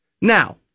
Now